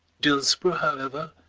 dillsborough, however,